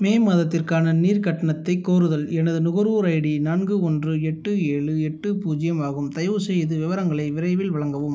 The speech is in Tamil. மே மாதத்திற்கான நீர் கட்டணத்தை கோருதல் எனது நுகர்வோர் ஐடி நான்கு ஒன்று எட்டு ஏழு எட்டு பூஜ்ஜியம் ஆகும் தயவுசெய்து விவரங்களை விரைவில் வழங்கவும்